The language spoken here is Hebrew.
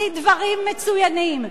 עשית דברים מצוינים.